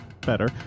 Better